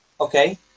okay